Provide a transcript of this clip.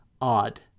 odd